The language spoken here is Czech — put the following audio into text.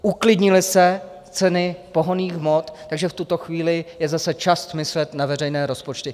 Uklidnily se ceny pohonných hmot, takže v tuto chvíli je zase čas myslet na veřejné rozpočty.